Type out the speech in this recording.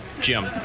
Jim